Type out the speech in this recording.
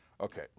Okay